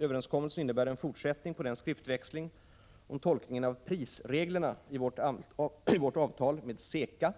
Överenskommelsen innebär en fortsättning på den skriftväxling om tolkningen av prisreglerna i vårt avtal med CECA,